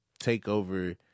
takeover